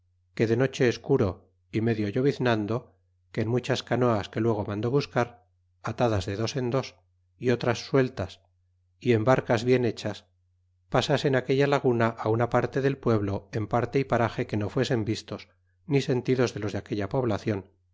que de noche escaro y medio lloviznando que en muchas canoas que luego mandó buscar atadas de dos en dos y otras sueltas y en barcas bien hechas pasasen aquella laguna a una parte del pueblo en parte y paraje que no fuesen vistos ni sentidos de los de aquella poblacion